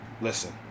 listen